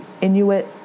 inuit